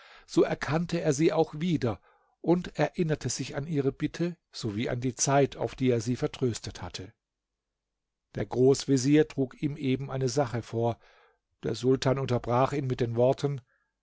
so erkannte er sie auch wieder und erinnerte sich an ihre bitte sowie an die zeit auf die er sie vertröstet hatte der großvezier trug ihm eben eine sache vor der sultan unterbrach ihn mit den worten